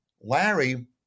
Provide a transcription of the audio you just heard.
Larry